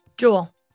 Jewel